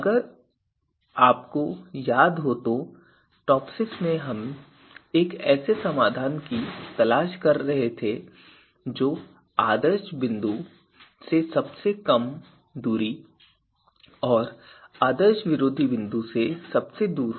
अगर आपको याद हो तो टॉपसिस में हम एक ऐसे समाधान की तलाश में थे जो आदर्श बिंदु से सबसे कम दूरी और आदर्श विरोधी बिंदु से सबसे दूर हो